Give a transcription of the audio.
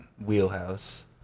wheelhouse